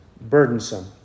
burdensome